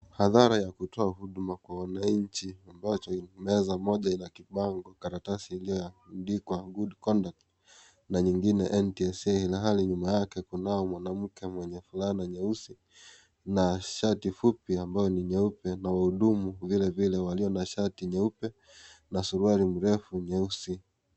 Hathara ya kutoa huduma kwa wananchi ambacho ina meza moja ina kibango karatasi iliyoakundikwa (cs) Good Conduct (cs) na nyingine NTSA ilhali nyuma yake kunao mwanamuke mwenye flana nyeusi na shati fupi ambao ni nyeupe na waudumu vilevile walio na shati nyeupe na suruari mrefu nyeusi.